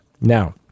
Now